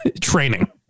training